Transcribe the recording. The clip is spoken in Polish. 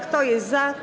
Kto jest za?